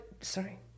sorry